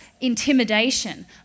intimidation